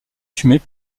fumées